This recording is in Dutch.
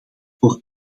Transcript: voor